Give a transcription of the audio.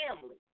family